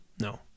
No